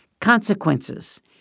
Consequences